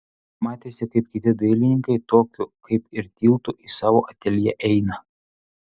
matėsi kaip kiti dailininkai tokiu kaip ir tiltu į savo ateljė eina